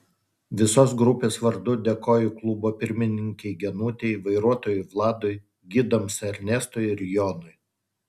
visos grupės vardu dėkoju klubo pirmininkei genutei vairuotojui vladui gidams ernestui ir jonui